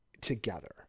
together